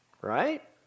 right